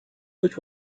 which